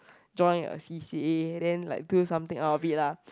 join a C_C_A then like do something out of it lah